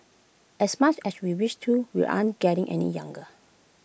as much as we wish to we aren't getting any younger